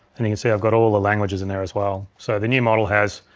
and you can see i've got all the languages in there as well. so, the new model has